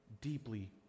deeply